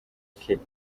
kenya